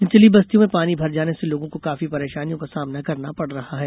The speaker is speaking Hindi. निचली बस्तियों में पानी भर जाने से लोगों को काफी परेशानियों का सामना करना पड़ रहा है